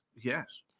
Yes